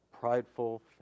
prideful